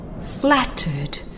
Flattered